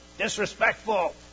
disrespectful